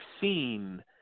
seen